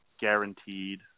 guaranteed